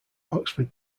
oxford